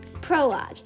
prologue